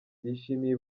bishimiye